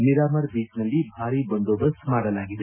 Miramar ಬೀಚ್ನಲ್ಲಿ ಭಾರೀ ಬಂದೋಬಸ್ತ್ ಮಾಡಲಾಗಿದೆ